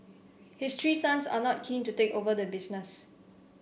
his three sons are not keen to take over the business